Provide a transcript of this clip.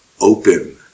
open